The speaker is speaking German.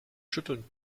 schütteln